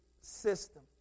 system